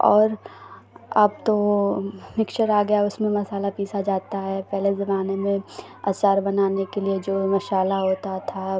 और अब तो मिक्सर आ गया उसमें मसाला पीसा जाता है पहले ज़माने में अचार बनाने के लिए जो मसाला होता था